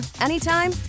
anytime